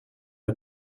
him